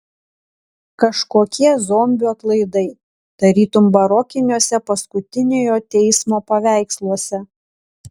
kažkokie zombių atlaidai tarytum barokiniuose paskutiniojo teismo paveiksluose